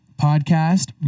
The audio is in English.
podcast